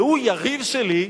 והוא יריב שלי,